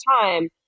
time